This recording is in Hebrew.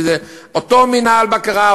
כי זה אותו מינהל בקרה,